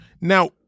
Now